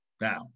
now